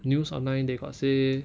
news online they got say